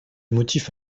motif